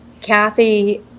Kathy